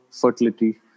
fertility